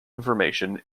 information